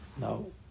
No